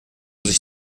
sich